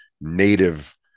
native